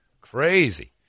Crazy